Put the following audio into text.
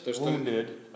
wounded